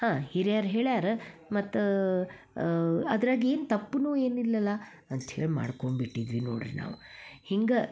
ಹಾಂ ಹಿರ್ಯಾರು ಹೇಳ್ಯಾರ ಮತ್ತು ಅದ್ರಗ ಏನೂ ತಪ್ಪೂ ಏನಿಲ್ಲಲ್ಲ ಅಂತ್ಹೇಳಿ ಮಾಡ್ಕೊಂಬಿಟ್ಟಿದ್ವಿ ನೋಡಿರಿ ನಾವು ಹಿಂಗೆ